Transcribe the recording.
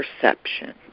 perception